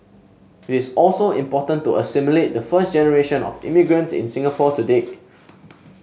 it is also important to assimilate the first generation of immigrants in Singapore today